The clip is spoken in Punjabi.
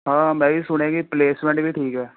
ਹਾਂ ਮੈਂ ਵੀ ਸੁਣਿਆ ਕਿ ਪਲੇਸਮੈਂਟ ਵੀ ਠੀਕ ਹੈ